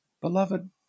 Beloved